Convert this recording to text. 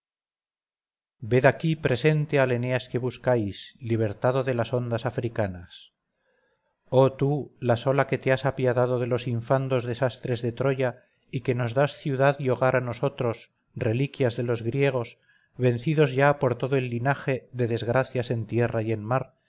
ved aquí presente al eneas que buscáis libertado de las ondas africanas oh tú la sola que te has apiadado de los infandos desastres de troya y que nos das ciudad y hogar a nosotros reliquias de los griegos vencidos ya por todo linaje de desgracias en tierra y en mar